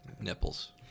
Nipples